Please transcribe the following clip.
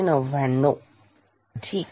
999 ठीक